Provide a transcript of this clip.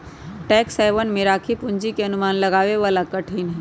tax haven में राखी पूंजी के अनुमान लगावे ला कठिन हई